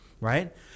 right